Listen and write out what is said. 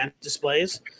displays